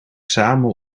samen